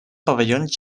pavellons